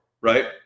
right